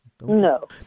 No